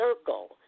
circle